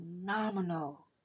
phenomenal